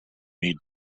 need